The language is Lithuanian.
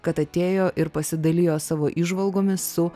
kad atėjo ir pasidalijo savo įžvalgomis su